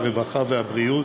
העבודה, הרווחה והבריאות,